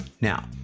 Now